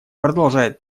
продолжает